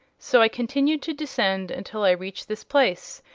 so i continued to descend until i reached this place,